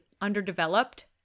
underdeveloped